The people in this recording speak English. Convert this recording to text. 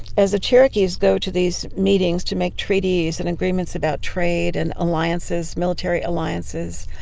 as the cherokees go to these meetings to make treaties and agreements about trade and alliances, military alliances,